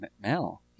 Mel